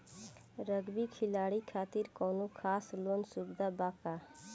Rugby खिलाड़ी खातिर कौनो खास लोन सुविधा बा का?